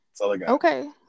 Okay